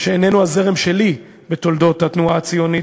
שאיננו הזרם שלי בתולדות התנועה הציונית,